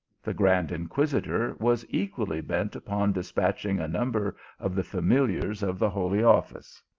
the grand inquisitor was equally bent upon despatching a number of the fa miliars of the holy office.